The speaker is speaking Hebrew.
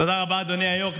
תודה רבה, אדוני היו"ר.